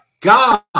God